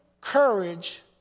courage